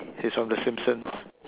he's from the Simpson's